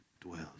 dwells